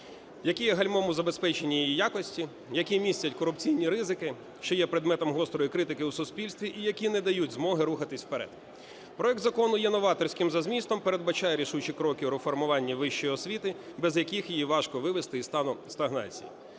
які є гальмом у забезпеченні її якості, які містять корупційні ризики, що є предметом гострої критики у суспільстві і які не дають змоги рухатись вперед. Проект закону є новаторським за змістом, передбачає рішучі кроки у реформуванні вищої освіти, без яких її важко вивести із стану стагнації.